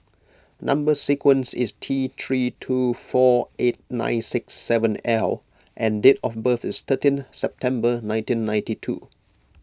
Number Sequence is T three two four eight nine six seven L and date of birth is thirteen September nineteen ninety two